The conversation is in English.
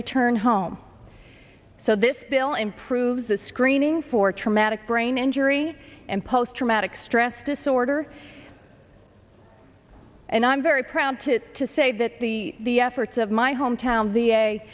return home so this bill improves the screening for traumatic brain injury and post traumatic stress disorder and i'm very proud to to say that the efforts of my hometown v